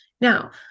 Now